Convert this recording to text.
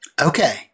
Okay